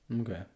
Okay